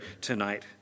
tonight